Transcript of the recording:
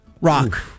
Rock